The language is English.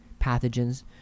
Pathogens